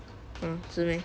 orh 是 meh